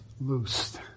loosed